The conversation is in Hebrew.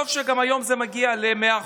גם טוב שהיום זה מגיע ל-100%,